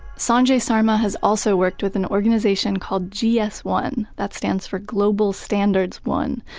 sanjay sarma has also worked with an organization called g s one that stands for global standards one.